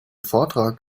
vortrag